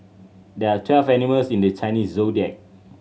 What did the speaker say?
there are twelve animals in the Chinese Zodiac